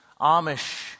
Amish